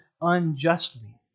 unjustly